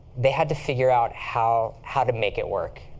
they had to figure out how how to make it work,